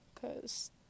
Cause